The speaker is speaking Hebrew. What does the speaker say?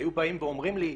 היו באים ואומרים לי,